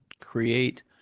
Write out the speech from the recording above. create